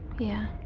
yeah.